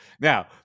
Now